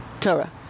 Torah